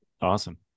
Awesome